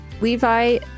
Levi